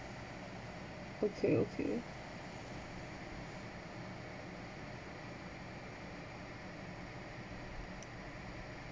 okay okay